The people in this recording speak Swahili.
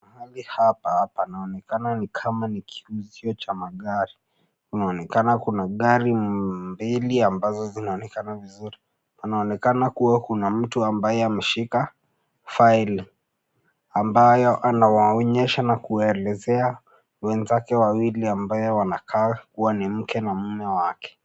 Mahali hapa panaonekana ni kama ni kiuzio cha magari. Panaonekana pana gari mbili ambazo zinaonekana vizuri. Panaonekana kuwa kuna mtu ambaye ameshika file ambayo anawaonyesha na kuwaelezea wenzake wawili ambao wanakaa kuwa ni mke na mme wake.